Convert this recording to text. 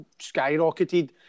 skyrocketed